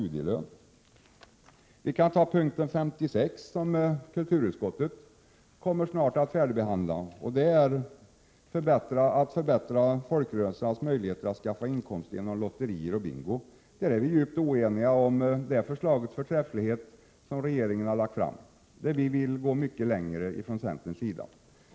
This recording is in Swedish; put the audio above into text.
Vi kan också ta punkt 56, som kulturutskottet snart kommer att färdigbehandla. Den gäller att förbättra folkrörelsernas möjligheter att skaffa inkomster genom lotterier och bingo. Vi är djupt oeniga om förträffligheten i det förslaget, som regeringen har lagt fram. Från centern vill vi gå mycket längre.